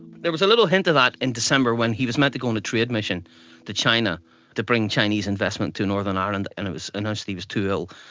there was a little hint of that in december when he was meant to go on a trade mission to china to bring chinese investment to northern ireland, and it was announced that he was too ill.